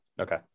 Okay